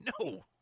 No